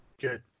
Good